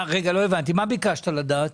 מה ביקשת לדעת?